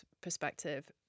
perspective